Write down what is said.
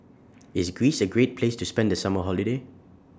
IS Greece A Great Place to spend The Summer Holiday